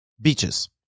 beaches